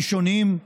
ראשוניים,